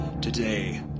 Today